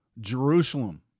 Jerusalem